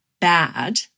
bad